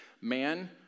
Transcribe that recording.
man